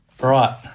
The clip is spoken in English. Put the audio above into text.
Right